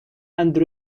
and